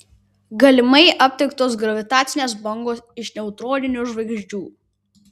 galimai aptiktos gravitacinės bangos iš neutroninių žvaigždžių